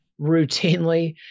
routinely